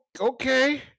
okay